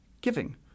giving